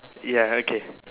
ya okay